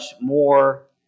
more